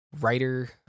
writer